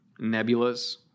nebulas